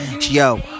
Yo